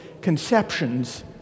conceptions